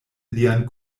lian